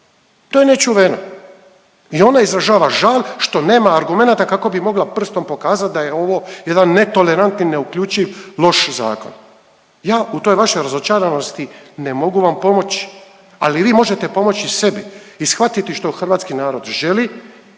To je nečuveno. I ona izražava žal što nema argumenata kako bi mogla prstom pokazat da je ovo jedan netolerantni, neuključiv, loš zakon. Ja u toj vašoj razočaranosti ne mogu vam pomoći ali vi možete pomoći sebi i shvatiti što hrvatski narod želi